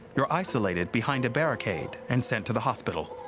you're isolated behind a barricade and sent to the hospital.